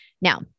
Now